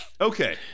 Okay